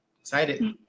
Excited